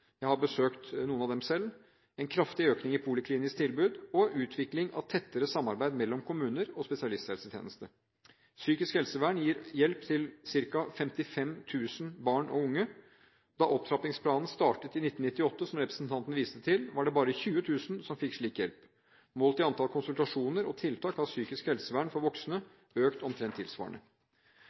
jeg har selv besøkt noen av dem – ved en kraftig økning i polikliniske tilbud og ved utvikling av et tettere samarbeid mellom kommune og spesialisthelsetjeneste. Psykisk helsevern gir hjelp til ca. 55 000 barn og unge. Da opptrappingsplanen startet i 1998, som representanten viste til, var det bare 20 000 som fikk slik hjelp. Målt i antall konsultasjoner og tiltak har psykisk helsevern for voksne økt omtrent tilsvarende.